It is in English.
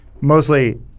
mostly